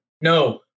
No